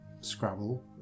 scrabble